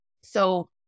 So-